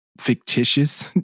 fictitious